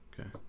Okay